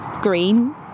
green